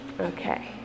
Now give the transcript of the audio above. Okay